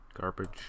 garbage